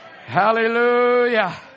Hallelujah